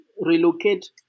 relocate